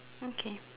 okay